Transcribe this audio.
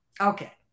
Okay